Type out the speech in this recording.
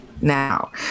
Now